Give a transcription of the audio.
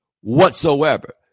whatsoever